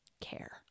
Care